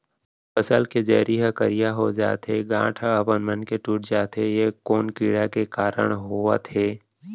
फसल के जरी ह करिया हो जाथे, गांठ ह अपनमन के टूट जाथे ए कोन कीड़ा के कारण होवत हे?